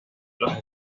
los